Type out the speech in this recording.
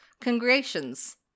congratulations